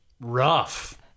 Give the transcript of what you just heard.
rough